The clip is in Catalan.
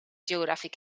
geogràfic